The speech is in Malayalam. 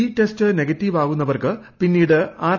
ഈ ടെസ്റ്റ് നെഗറ്റീവാകുന്നവർക്ക് പിന്നീട് ആർ